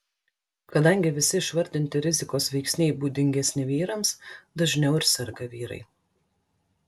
kadangi visi išvardinti rizikos veiksniai būdingesni vyrams dažniau ir serga vyrai